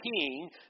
king